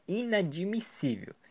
inadmissível